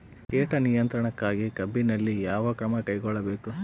ಕೇಟ ನಿಯಂತ್ರಣಕ್ಕಾಗಿ ಕಬ್ಬಿನಲ್ಲಿ ಯಾವ ಕ್ರಮ ಕೈಗೊಳ್ಳಬೇಕು?